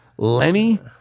Lenny